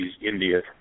India